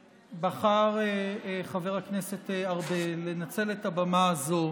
אז בחר חבר הכנסת ארבל לנצל את הבמה הזאת